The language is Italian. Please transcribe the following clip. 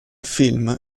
film